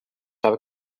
have